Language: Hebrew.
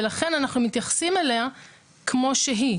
ולכן אנחנו מתייחסים אליה כמו שהיא.